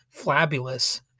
flabulous